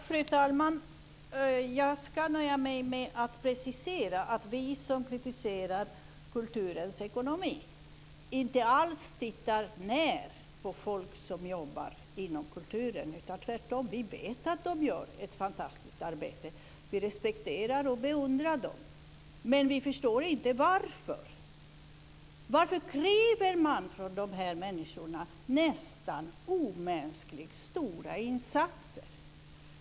Fru talman! Jag ska nöja mig med att precisera att vi som kritiserar kulturens ekonomi inte alls ser ned på folk som jobbar inom kulturen. Tvärtom: Vi vet att de gör ett fantastiskt arbete, och vi respekterar och beundrar dem. Men vi förstår inte varför man från de här människorna kräver nästan omänskligt stora insatser.